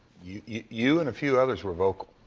you and a few others were vocal.